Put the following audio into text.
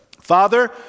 Father